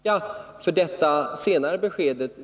Herr talman! Då återstår för mig bara att tacka för detta senare besked.